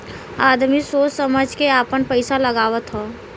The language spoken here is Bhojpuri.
आदमी सोच समझ के आपन पइसा लगावत हौ